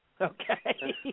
Okay